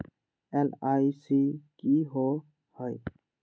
LIC की होअ हई?